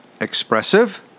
expressive